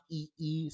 ee